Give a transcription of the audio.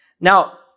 Now